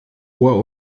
ohr